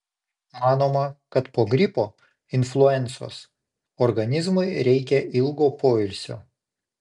manoma kad po gripo influencos organizmui reikia ilgo poilsio